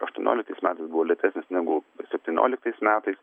aštuonioliktais metais buvo lėtesnis negu septynioliktais metais